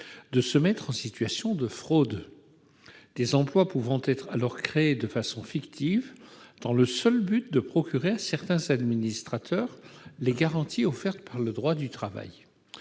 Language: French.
de se mettre en situation de fraude, des emplois pouvant être créés de façon fictive à seule fin de procurer à certains administrateurs les garanties offertes par le droit du travail.